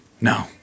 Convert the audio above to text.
no